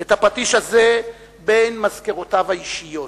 את הפטיש הזה בין מזכרותיו האישיות,